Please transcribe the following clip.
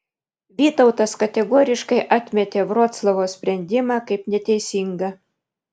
vytautas kategoriškai atmetė vroclavo sprendimą kaip neteisingą